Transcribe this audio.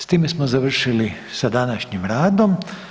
S time smo završili sa današnjim radom.